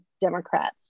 Democrats